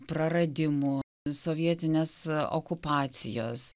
praradimų sovietinės okupacijos